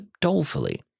dolefully